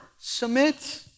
Submit